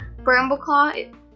Brambleclaw